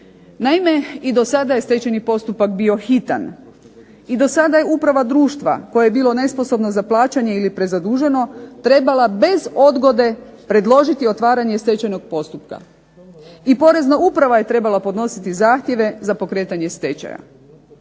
Naime i do sada je stečajni postupak bio hitan, i do sada je uprava društva koje je bilo nesposobno za plaćanje ili prezaduženo trebala bez odgode predložiti otvaranje stečajnog postupka. I porezna uprava je trebala podnositi zahtjeve za pokretanje stečaja.